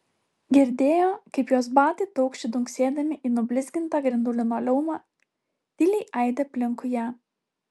girdėjo kaip jos batai taukši dunksėdami į nublizgintą grindų linoleumą tyliai aidi aplinkui ją